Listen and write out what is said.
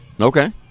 Okay